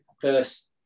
first